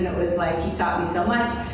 yeah was like he taught me so much,